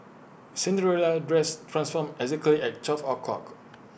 Cinderella's dress transformed exactly at twelve o'clock